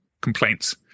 complaints